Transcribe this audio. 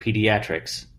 pediatrics